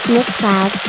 MixCloud